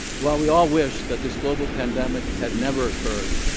while we all wish that this global pandemic had never occurred,